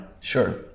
Sure